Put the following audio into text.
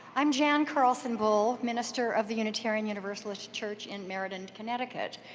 i'm jan carlson bowl, minister of the unitarian universalist church in meridan, connecticut.